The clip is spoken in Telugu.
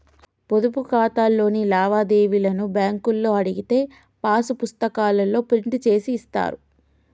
పొదుపు ఖాతాలోని లావాదేవీలను బ్యేంకులో అడిగితే పాసు పుస్తకాల్లో ప్రింట్ జేసి ఇత్తారు